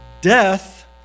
death